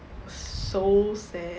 so sad